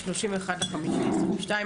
31 במאי 2022,